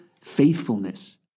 faithfulness